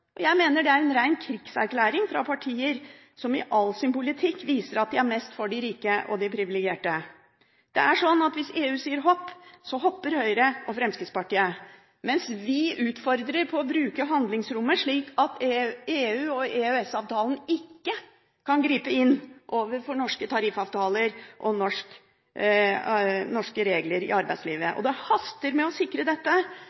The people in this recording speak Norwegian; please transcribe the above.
arbeidsfolk. Jeg mener det er en ren krigserklæring fra partier som i all sin politikk viser at de er mest for de rike og de privilegerte. Det er sånn at hvis EU sier hopp, hopper Høyre og Fremskrittspartiet, mens vi utfordrer til å bruke handlingsrommet, slik at EU og EØS-avtalen ikke kan gripe inn overfor norske tariffavtaler og norske regler i arbeidslivet. Det haster med å sikre dette,